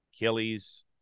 Achilles